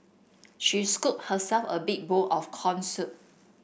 she scooped herself a big bowl of corn soup